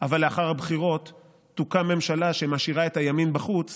אבל לאחר הבחירות תוקם ממשלה שמשאירה את הימין בחוץ